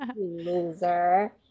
loser